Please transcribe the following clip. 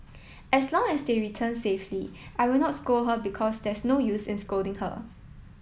as long as they return safely I will not scold her because there's no use in scolding her